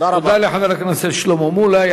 תודה לחבר הכנסת שלמה מולה.